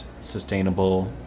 sustainable